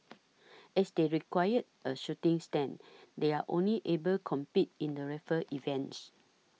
as they require a shooting stand they are only able compete in the rifle events